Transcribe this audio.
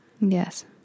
yes